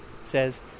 says